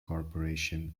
corporation